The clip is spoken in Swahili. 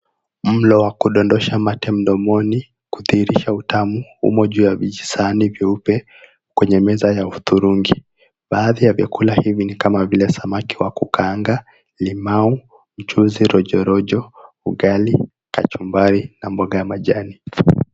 Mlo wa kudondosha mate mdomoni kudhihirisha utamu umo juu ya vijisahani vyeupe kwenye meza ya hudhurungi. Baadhi ya vyakula hivi ni kama vile samaki wa kukaanga, limau, mchuzi rojorojo, ugali, kachumbari na mboga ya majani.